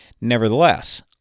Nevertheless